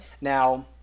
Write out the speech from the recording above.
Now